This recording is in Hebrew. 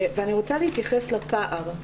אני רוצה להתייחס לפער.